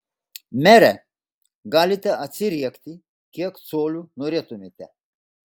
mere galite atsiriekti kiek colių norėtumėte